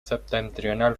septentrional